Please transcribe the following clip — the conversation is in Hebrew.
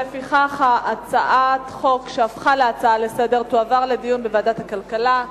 לפיכך הצעת החוק שהפכה להצעה לסדר-היום תועבר לדיון בוועדת הכלכלה.